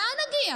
לאן נגיע?